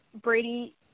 Brady